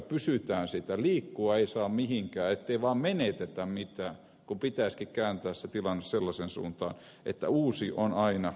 liikkua ei saa mihinkään ettei vaan menetetä mitään kun pitäisikin kääntää se tilanne sellaiseen suuntaan että uusi on aina mahdollisuus